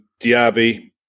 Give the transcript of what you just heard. Diaby